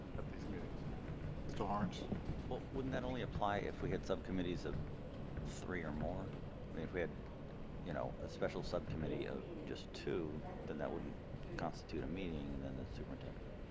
at these meetings mr lawrence well wouldn't that only apply if we had subcommittees of three or more i mean if we had you know a special subcommittee of just two then that wouldn't constitute a meeting and then the superintendent inaudible